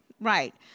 right